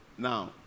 Now